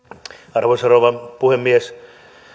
arvoisa rouva puhemies